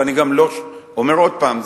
ואני גם אומר עוד פעם,